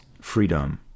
freedom